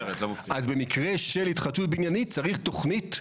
אז במקרה של התחדשות בניינית צריך תוכנית.